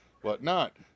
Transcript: whatnot